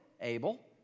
Abel